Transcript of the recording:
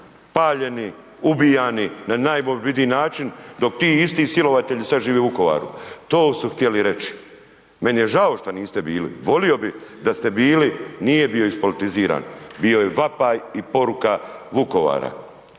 paljeni, ubijani na najmorbidniji način, dok ti isti silovatelji sad žive u Vukovaru, to su htjeli reći. Meni je žao što niste bili, volio bi da ste bili, nije bio ispolitiziran, bio je vapaj i poruka Vukovara.